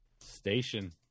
Station